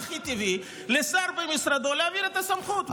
מה הכי טבעי מאשר לשר במשרדו להעביר את הסמכות,